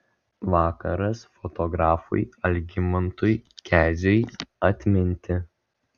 vakaras fotografui algimantui keziui atminti